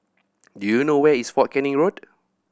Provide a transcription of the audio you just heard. do you know where is Fort Canning Road